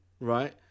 right